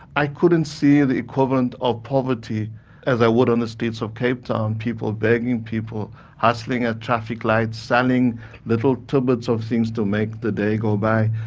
i couldn't see the equivalent of poverty as i would on the streets of cape town people begging, people hustling at traffic lights, selling little titbits of things to make the day go by.